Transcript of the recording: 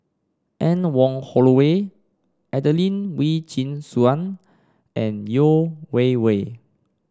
Anne Wong Holloway Adelene Wee Chin Suan and Yeo Wei Wei